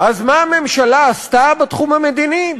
אז מה הממשלה עשתה בתחום המדיני?